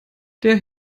der